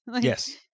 Yes